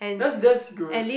that's that's good